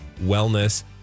wellness